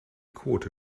quote